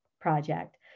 project